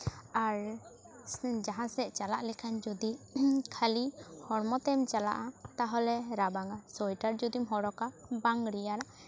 ᱟᱨ ᱡᱟᱦᱟᱸ ᱥᱮᱫ ᱪᱟᱞᱟᱜ ᱞᱮᱠᱟᱱ ᱡᱩᱫᱤ ᱠᱷᱟᱞᱤ ᱦᱚᱲᱢᱚ ᱛᱮᱢ ᱪᱟᱞᱟᱜᱼᱟ ᱛᱟᱦᱞᱮ ᱨᱟᱵᱟᱝᱼᱟ ᱥᱳᱭᱮᱴᱟᱨ ᱡᱩᱫᱤᱢ ᱦᱚᱨᱚᱜᱟ ᱵᱟᱝ ᱨᱮᱭᱟᱲᱟ